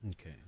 Okay